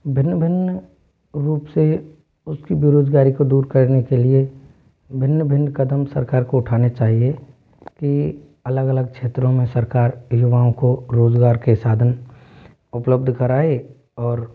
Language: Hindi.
भिन्न भिन्न रूप से उस की बेरोज़गारी को दूर करने के लिए भिन्न भिन्न कदम सरकार को उठाने चाहिए कि अलग अलग क्षेत्रों में सरकार युवायों को रोज़गार के साधन उपलब्ध कराए और